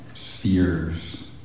Spheres